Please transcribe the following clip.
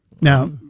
Now